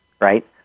right